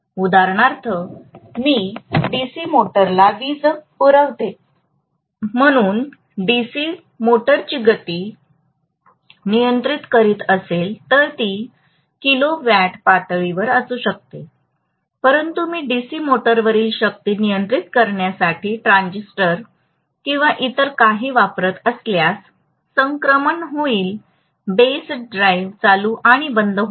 उदाहरणार्थ जर मी डीसी मोटरला वीज पुरवतो म्हणून डीसी मोटरची गती नियंत्रित करत असेल तर ती किलोवाट पातळीवर असू शकते परंतु मी डीसी मोटरवरील शक्ती नियंत्रित करण्यासाठी ट्रान्झिस्टर किंवा इतर काही वापरत असल्यास संक्रमण होईल बेस ड्राइव्ह चालू आणि बंद होईल